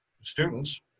students